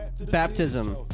Baptism